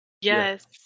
Yes